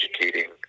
educating